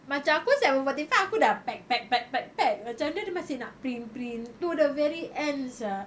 macam aku seven forty five aku dah pack pack pack pack pack kalau dia masih nak print print to the very end sia